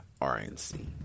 RNC